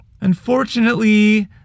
Unfortunately